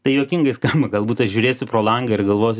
tai juokingai skamba galbūt aš žiūrėsiu pro langą ir galvosiu